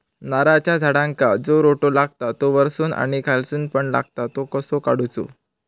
नारळाच्या झाडांका जो रोटो लागता तो वर्सून आणि खालसून पण लागता तो कसो काडूचो?